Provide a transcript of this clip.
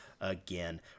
again